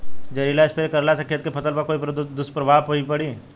जहरीला स्प्रे करला से खेत के फसल पर कोई दुष्प्रभाव भी पड़ी?